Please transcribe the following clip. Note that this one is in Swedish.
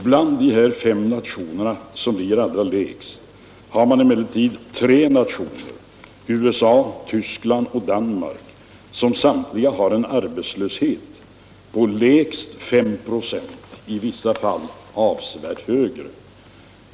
Bland de fem nationer som ligger allra lägst har vi emellertid tre na Om åtgärder för att tioner — USA, Östtyskland och Danmark — som samtliga har en arbets — dämpa inflationen, löshet på lägst 5 96, i vissa fall avsevärt högre.